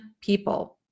people